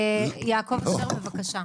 בבקשה.